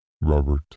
Robert